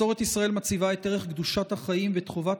מסורת ישראל מציבה את ערך קדושת החיים ואת חובת